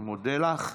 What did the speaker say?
אני מודה לך.